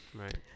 Right